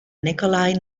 nikolay